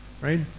right